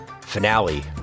finale